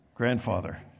grandfather